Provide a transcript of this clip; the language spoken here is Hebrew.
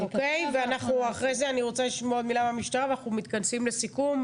ואחרי כן נשמע מילה מהמשטרה ואנחנו מתכנסים לסיום.